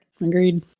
Agreed